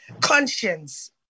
conscience